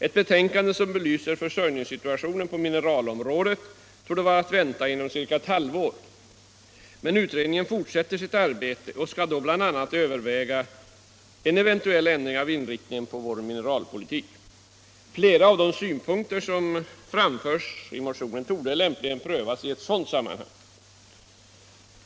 Ett betänkande som belyser försörjningssituationen på mineralområdet torde vara att vänta inom ca ett halvår, men utredningen fortsätter sitt arbete och skall då bl.a. överväga en eventuell ändrad inriktning av vår mineralpolitik. Flera av de synpunkter och förslag som framförs i motionen torde lämpligen prövas i ett sådant sammanhang.